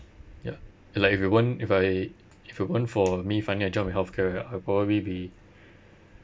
ya like if you want if I if you want for me finding a job with healthcare I'd probably be